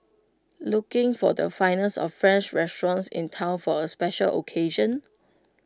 looking for the finest of French restaurants in Town for A special occasion